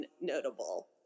notable